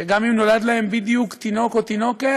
שגם אם בדיוק נולד להם תינוק או תינוקת,